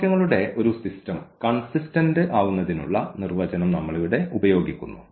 സമവാക്യങ്ങളുടെ ഒരു system consistent ആവുന്നതിനുള്ള നിർവ്വചനം നമ്മളിവിടെ ഉപയോഗിക്കുന്നു